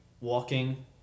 walking